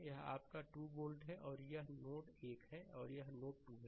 यह आपका 2 वोल्ट है और यह नोड 1 है और यह नोड 2 है